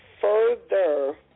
further